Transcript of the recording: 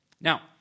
Now